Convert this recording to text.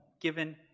given